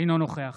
אינו נוכח